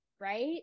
right